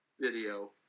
video